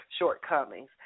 shortcomings